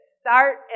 start